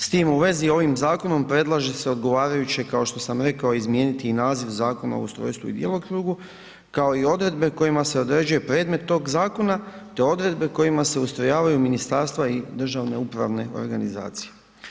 S tim u vezi ovim zakonom predlaže se odgovarajuće, kao što sam rekao, izmijeniti i naziv Zakona o ustrojstvu i djelokrugu, kao i odredbe kojima se određuje predmet tog zakona, te odredbe kojima se ustrojavaju ministarstva i državne upravne organizacije.